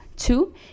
Two